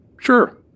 Sure